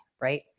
Right